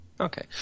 Okay